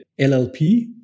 LLP